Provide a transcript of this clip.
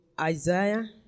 Isaiah